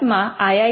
ભારતમાં આઈ